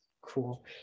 cool